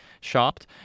shopped